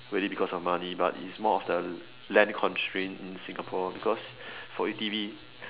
really because of money but is more of the land constraint in Singapore because for A_T_V